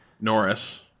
Norris